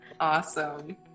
awesome